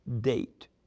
date